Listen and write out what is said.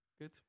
Good